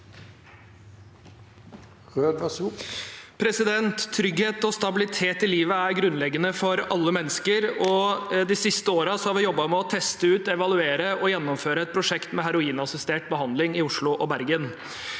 Røed (A) Trygghet og stabilitet i livet er grunnleggende for alle mennesker. De siste årene har vi jobbet med å teste ut, evaluere og gjennomføre et prosjekt med heroinassistert behandling i Oslo og Bergen.